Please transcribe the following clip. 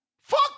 fuck